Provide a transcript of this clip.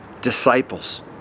disciples